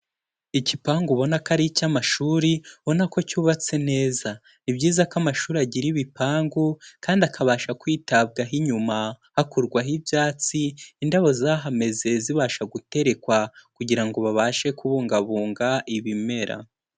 Igipangu ubona ko ari icy'amashuri, ubona ko cyubatse neza. Nibyiza ko amashuri agira ibipangu kandi akabasha kwitabwaho inyuma hakurwaho ibyatsi, indabo zahameze zibasha guterekwa kugira ngo babashe kubungabunga ibimera.